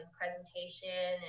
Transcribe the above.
presentation